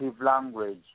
language